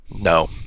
No